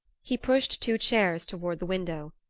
he pushed two chairs toward the window,